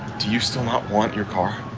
do you still not want your car?